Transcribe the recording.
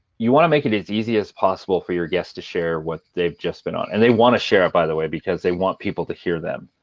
you want to make it as easy as possible for your guests to share what they've just been on. and they want to share it, by the way, because they want people to hear them.